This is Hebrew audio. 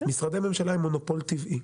משרדי ממשלה הם מונופול טבעי,